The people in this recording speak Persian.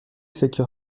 سکه